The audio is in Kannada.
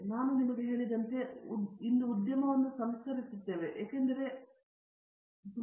ನಾನು ನಿಮಗೆ ಹೇಳಿದಂತೆ ನಾವು ಇಂದು ಉದ್ಯಮವನ್ನು ಸಂಸ್ಕರಿಸುತ್ತೇವೆ ಏಕೆಂದರೆ ಸಂಸ್ಕರಣಾ ಉದ್ಯಮವು ಭಾರತದಲ್ಲಿ ಪ್ರಮುಖ ಉದ್ಯಮವಾಗಿದೆ